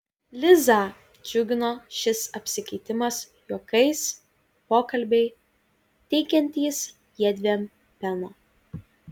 lizą džiugino šis apsikeitimas juokais pokalbiai teikiantys jiedviem peno